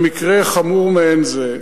במקרה חמור מעין זה,